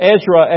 Ezra